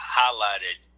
highlighted